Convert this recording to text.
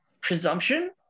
presumption